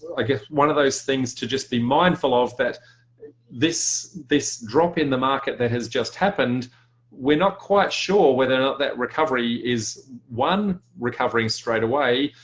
like ah one of those things to just be mindful of that this this drop in the market that has just happened we're not quite sure whether that recovery is one, recovering straight away